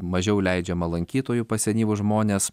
mažiau leidžiama lankytojų pas senyvus žmones